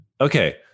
Okay